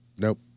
Nope